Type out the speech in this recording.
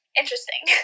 interesting